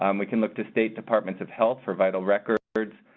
um we can look to state departments of health for vital records,